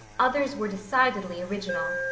others were decidedly original.